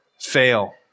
fail